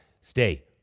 Stay